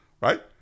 right